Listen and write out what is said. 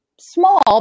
small